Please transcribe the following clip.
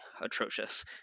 atrocious